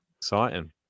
Exciting